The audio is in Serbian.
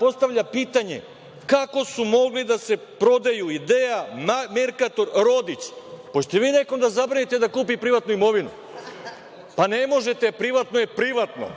postavlja pitanje - kako su mogli da se prodaju „Idea“, „Merkator“, „Rodić“? Hoćete vi nekom da zabranite da kupi privatnu imovinu? Pa, ne možete privatno je privatno.